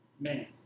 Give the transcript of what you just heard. man